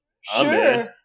Sure